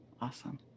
Awesome